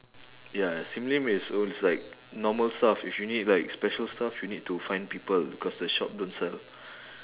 ya ya sim lim is those like normal stuff if you need like special stuff you need to find people because the shop don't sell